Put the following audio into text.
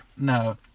No